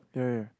yeah yeah